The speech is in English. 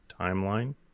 timeline